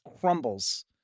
crumbles